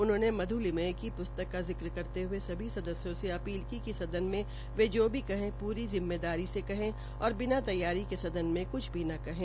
उन्होंने मध्लिमये की पुस्तक का जिक्र करते हये सभी सदस्यों से अपील की कि सदन मे वे जो कहें पूरी जिम्मेदारी से कहें और बिना तैयारी के सदन में क्छ न कहें